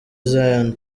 zion